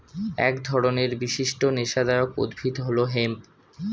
এক ধরনের বিশিষ্ট নেশাদায়ক উদ্ভিদ হল হেম্প